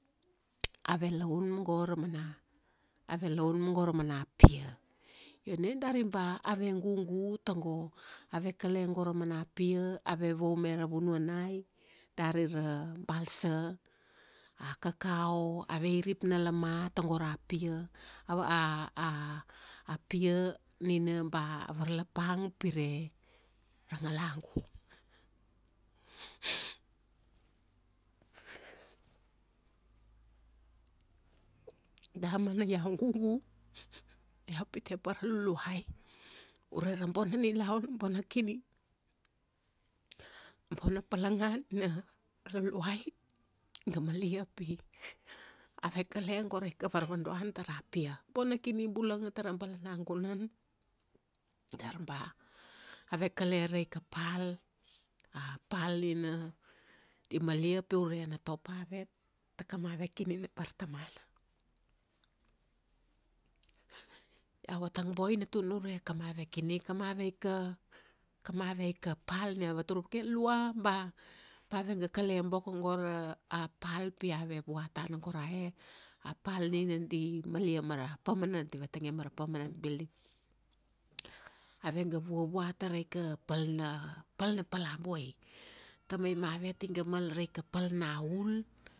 Ave laun ma go ra mana, ave laun ma go ra mana pia. Io na dari ba ave gugu, tago ave kale go ra mana pia, ave vaume ra vunuanai, dari ra, balsa, a kakau, ave irip na lama tago ra pia, a pia nina ba a varlapang pire, ra ngalagu damana iau gugu, iau pite pa ra luluai, ure ra bona nilaun, bona kini, bona palanga nina ra Luluai iga malia pi, ave kale go raika varvadoan tara pia. Bona kini bulanga tara balana gunan, dar ba ave kale raika pal, a pal nina, di mal pi ure na topa avet, takamave kini na bartamana. Iau vatang boina tuna ure kamave kini. Kamave ika, kamave ika pal nia avatur vake, lua ba pave ga kale boko go ra, a pal, pi ave vua tana go ra e, a pal nina di malia mara, a permanant, di vatangia mara permanant building. Ave ga vua vua taraika pal na, pal na palabuai. Tamai mavet iga mal raika pal na ul